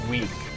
Week